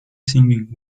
singing